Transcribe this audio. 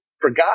forgot